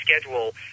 schedule